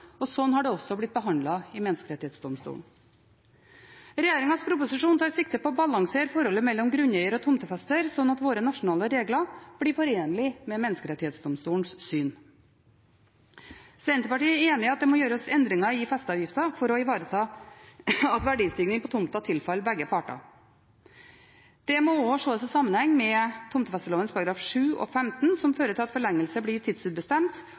og slik har det også blitt behandlet i Menneskerettighetsdomstolen. Regjeringens proposisjon tar sikte på å balansere forholdet mellom grunneier og tomtefester, slik at våre nasjonale regler blir forenlig med Menneskerettighetsdomstolens syn. Senterpartiet er enig i at det må gjøres endringer i festeavgiften for å ivareta at verdistigning på tomta tilfaller begge parter. Det må også ses i sammenheng med tomtefesteloven §§ 7 og 15, som fører til at forlengelse blir tidsubestemt,